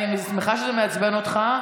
אני שמחה שזה מעצבן אותך,